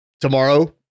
tomorrow